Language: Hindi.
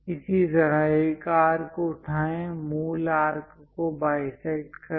इसी तरह एक आर्क उठाएं मूल आर्क को बाईसेक्ट करें